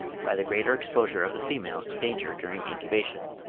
by the greater exposure of the females to danger during incubation.